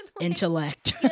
intellect